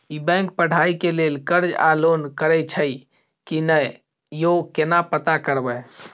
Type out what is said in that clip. ई bank पढ़ाई के लेल कर्ज आ लोन करैछई की नय, यो केना पता करबै?